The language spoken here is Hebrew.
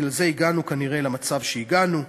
בגלל זה הגענו כנראה למצב שהגענו.